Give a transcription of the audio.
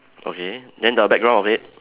okay then the background of it